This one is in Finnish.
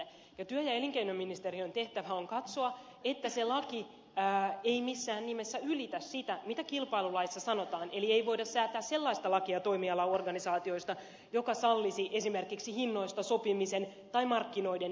työ ja elinkeinoministeriön tehtävä on katsoa että se laki ei missään nimessä ylitä sitä mitä kilpailulaissa sanotaan eli ei voida säätää sellaista lakia toimialaorganisaatioista joka sallisi esimerkiksi hinnoista sopimisen tai markkinoiden jakamisen